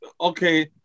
okay